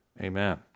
Amen